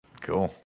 Cool